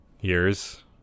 years